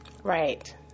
Right